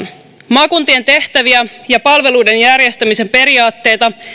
maakuntien tehtäviä ja palveluiden järjestämisen periaatteita